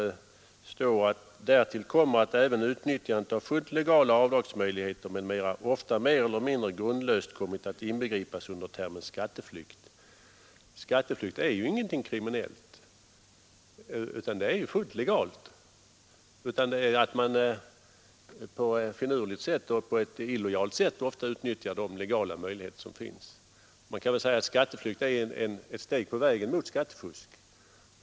Det står: ”Därtill kommer att även utnyttjandet av fullt legala avdragsmöjligheter m.m. ofta mer eller mindre grundlöst kommit att inbegripas under termen skatteflykt.” Skatteflykt är ju inget kriminellt utan något fullt legalt. Det är ett finurligt och illojalt sätt att utnyttja de legala möjligheter som finns. Man kan väl säga att skatteflykt är ett steg på vägen mot skattefusk.